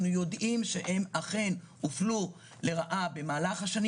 אנחנו יודעים שהם אכן הופלו לרעה במהלך השנים.